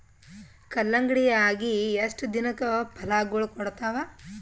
ಕಲ್ಲಂಗಡಿ ಅಗಿ ಎಷ್ಟ ದಿನಕ ಫಲಾಗೋಳ ಕೊಡತಾವ?